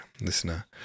listener